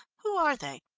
who are they?